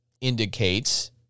indicates